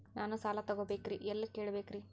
ನಾನು ಸಾಲ ತೊಗೋಬೇಕ್ರಿ ಎಲ್ಲ ಕೇಳಬೇಕ್ರಿ?